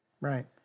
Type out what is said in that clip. Right